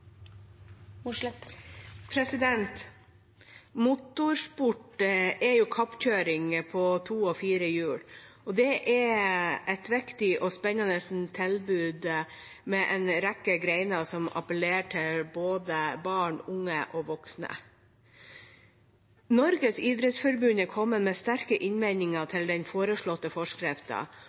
fire hjul og er et viktig og spennende tilbud med en rekke grener som appellerer til både barn, unge og voksne. Norges idrettsforbund har kommet med sterke innvendinger til den foreslåtte